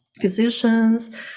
physicians